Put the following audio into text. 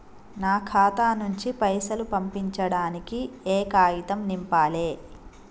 నా ఖాతా నుంచి పైసలు పంపించడానికి ఏ కాగితం నింపాలే?